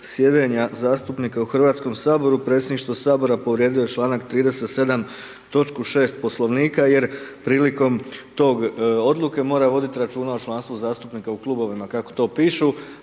Hrvatskom saboru, predsjedništvo Sabora povrijedilo je čl. 37. točku 6. poslovnika jer prilikom tom odluke, mora voditi računa o članstvu zastupnika u klubovima, kako to pišu,